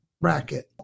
bracket